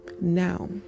now